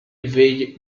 invade